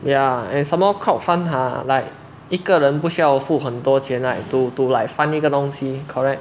yeah and somemore crowd fund ha like 一个人不需要付很多钱 like to to like fund 那个东西 correct